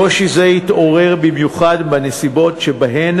קושי זה יתעורר במיוחד בנסיבות שבהן